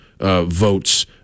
votes